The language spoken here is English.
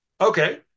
Okay